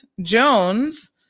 Jones